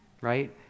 right